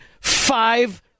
five